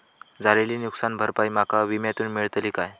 झालेली नुकसान भरपाई माका विम्यातून मेळतली काय?